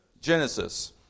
Genesis